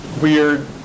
weird